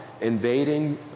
invading